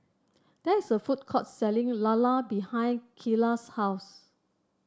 there is a food court selling lala behind Kyler's house